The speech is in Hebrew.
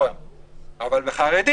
ויש התמונות, ובכל זאת זה מגיע למח"ש וסוגרים.